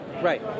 right